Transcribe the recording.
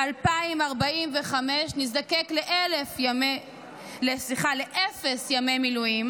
2045 נזדקק לאפס ימי מילואים